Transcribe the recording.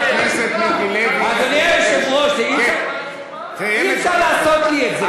חבר הכנסת, אדוני היושב-ראש, למה הוא מפריע לי?